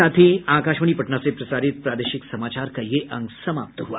इसके साथ ही आकाशवाणी पटना से प्रसारित प्रादेशिक समाचार का ये अंक समाप्त हुआ